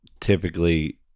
typically